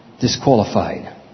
disqualified